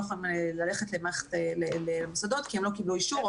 יכולים ללכת למוסדות החינוך כי הם לא קיבלו אישור,